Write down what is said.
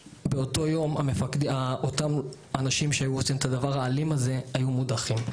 באותו יום האנשים שהיו עושים את הדבר האלים הזה היו מודחים.